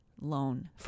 loan